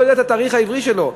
הוא לא יודע את התאריך העברי שלו.